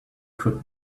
could